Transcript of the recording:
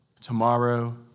tomorrow